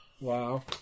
Wow